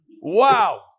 Wow